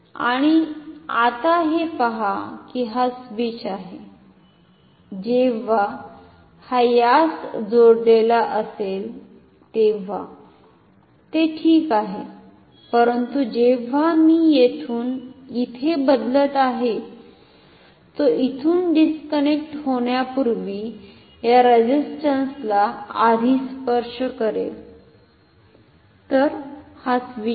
आणि आता हे पहा की हा स्विच आहे जेव्हा हा यास जोडलेला असेल तेव्हा ते ठीक आहे परंतु जेव्हा मी येथून इथे बदलत आहे तो इथुन डिस्कनेक्ट होण्यापूर्वी ह्या रेझिस्टंस ला आधि स्पर्श करेल तर हा स्विच आहे